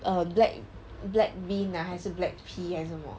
err black black bean ah 还是 black pea 还是什么